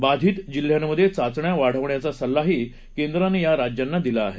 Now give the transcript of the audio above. बाधित जिल्ह्यांमध्ये चाचण्या वाढवण्याचा सल्लाही केंद्रानं या राज्यांना दिला आहे